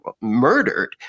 murdered